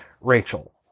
Rachel